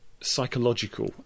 psychological